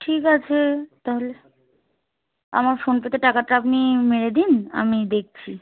ঠিক আছে তাহলে আমার ফোনপেতে টাকাটা আপনি মেরে দিন আমি দেখছি